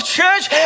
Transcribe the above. church